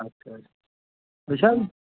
اچھا اچھا یہِ چھِ حظ